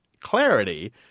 clarity